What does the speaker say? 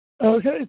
Okay